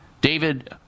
David